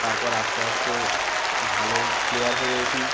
তারপর আস্তে আস্তে ভালো প্লেয়ার হয়ে উঠি